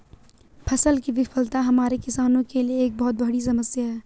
फसल की विफलता हमारे किसानों के लिए एक बहुत बड़ी समस्या है